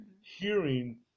hearing